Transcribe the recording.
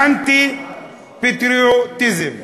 באנטי-פטריוטיזם.